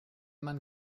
man